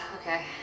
Okay